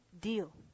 deal